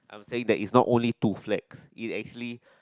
I'm saying that it's not only to flex it actually